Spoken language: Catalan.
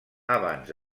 abans